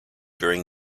during